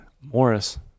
Morris